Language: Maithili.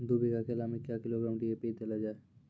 दू बीघा केला मैं क्या किलोग्राम डी.ए.पी देले जाय?